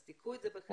אז קחו את זה בחשבון,